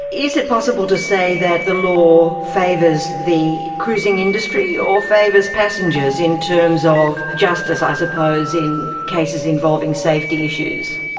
is it possible to say that the law favours the cruising industry or favours passengers in terms of justice, i suppose, in cases involving safety issues?